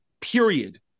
period